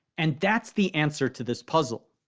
and that's the answer to this puzzle.